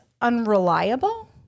unreliable